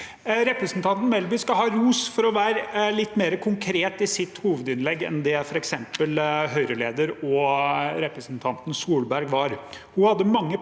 Representanten Melby skal ha ros for å ha vært litt mer konkret i sitt hovedinnlegg enn det f.eks. Høyre-lederen, representanten Solberg, var.